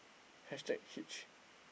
hashtag hitch